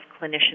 clinicians